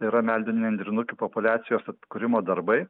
yra meldinių nendrinukių populiacijos atkūrimo darbai